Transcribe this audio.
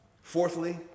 Fourthly